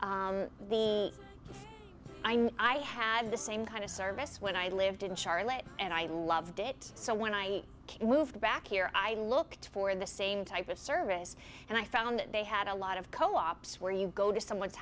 knew i had the same kind of service when i lived in charlotte and i loved it so when i moved back here i looked for the same type of service and i found they had a lot of co ops where you go to someone's